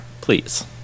please